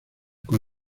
con